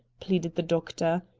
pleaded the doctor.